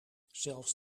zelfs